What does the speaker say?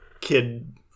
kid